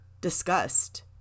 discussed